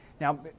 Now